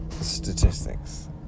statistics